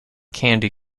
candy